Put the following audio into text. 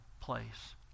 place